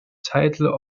title